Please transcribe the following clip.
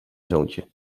zoontje